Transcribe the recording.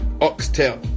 oxtail